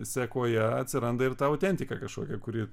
sekoje atsiranda ir ta autentika kažkokia kuri